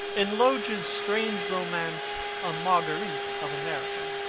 in lodge's strange romance a margarite of america,